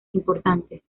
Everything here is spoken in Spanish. importantes